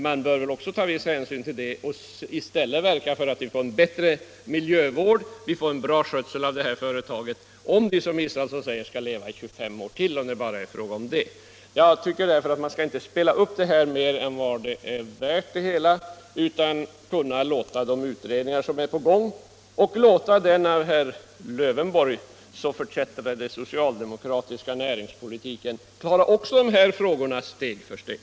Man bör väl också ta viss hänsyn till det och i stället verka för en bättre miljövård. Vi får en bra skötsel av detta företag om det, som herr Israelsson säger, skall leva i minst 25 år till. Jag tycker därför att man inte skall spela upp detta mer än vad det är värt, utan låta de utredningar som pågår få fortsätta samt låta den av herr Lövenborg så förkättrade socialdemokratiska näringspolitiken få lösa dessa frågor steg för steg.